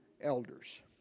elders